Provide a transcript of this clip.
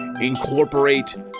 incorporate